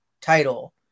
title